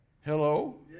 Hello